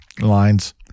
lines